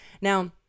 Now